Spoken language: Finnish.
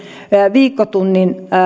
viikkotunnin